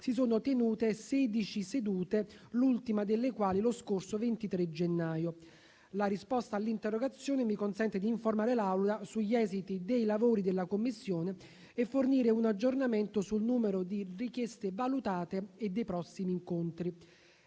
si sono tenute sedici sedute, l'ultima delle quali lo scorso 23 gennaio. La risposta all'interrogazione mi consente di informare l'Assemblea sugli esiti dei lavori della commissione e fornire un aggiornamento sul numero di richieste valutate e dei prossimi incontri.